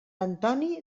antoni